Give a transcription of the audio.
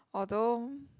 although